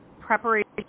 preparation